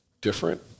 different